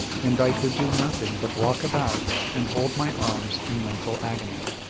and i could do nothing but walk about and hold my arms in mental agony.